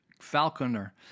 Falconer